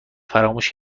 فراموش